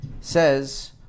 says